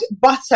butter